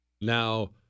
Now